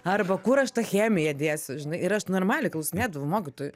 arba kur aš tą chemiją dėsiu žinai ir aš normaliai klausinėdavau mokytojų